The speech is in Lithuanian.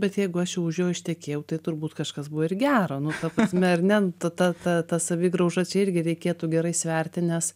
bet jeigu aš už jo ištekėjau tai turbūt kažkas buvo ir gero nu ta prasme ar ne ta ta ta tą savigraužą irgi reikėtų gerai sverti nes